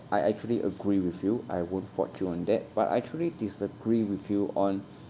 I actually agree with you I won't fault you on that but I actually disagree with you on